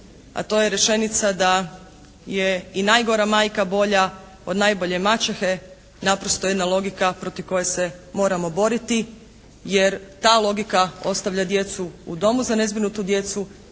a to je rečenica da je i najgora majka bolja od najbolje maćehe naprosto jedna logika protiv koje se moramo boriti jer ta logika ostavlja djecu u domu za nezbrinutu djecu,